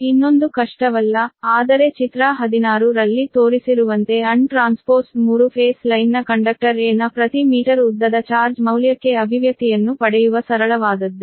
ಇನ್ನೊಂದು ಕಷ್ಟವಲ್ಲ ಆದರೆ ಚಿತ್ರ 16 ರಲ್ಲಿ ತೋರಿಸಿರುವಂತೆ ಅನ್ ಟ್ರಾನ್ಸ್ಪೋಸ್ಡ್ 3 ಫೇಸ್ ಲೈನ್ನ ಕಂಡಕ್ಟರ್ a ನ ಪ್ರತಿ ಮೀಟರ್ ಉದ್ದದ ಚಾರ್ಜ್ ಮೌಲ್ಯಕ್ಕೆ ಅಭಿವ್ಯಕ್ತಿಯನ್ನು ಪಡೆಯುವ ಸರಳವಾದದ್ದು